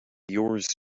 yours